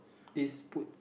it's put